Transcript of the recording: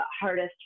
hardest